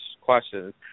questions